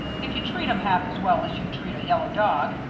if you treat em half as well as you'd treat a yellow dog,